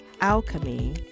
Alchemy